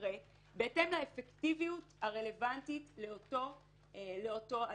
ומקרה בהתאם לאפקטיביות הרלוונטית לאותו אדם.